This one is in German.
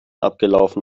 abgelaufen